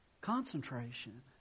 concentration